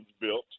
built